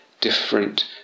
different